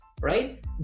right